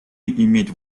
иметь